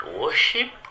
worship